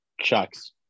Chucks